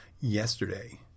yesterday